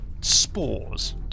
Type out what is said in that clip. spores